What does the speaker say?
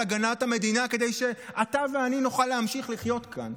הגנת המדינה כדי שאתה ואני נוכל להמשיך לחיות כאן.